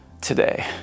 today